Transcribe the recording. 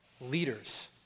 leaders